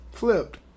flipped